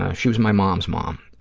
ah she was my mom's mom,